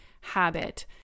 habit